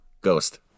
Ghost